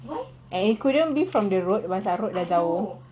and it couldn't be from the road pasal road dah jauh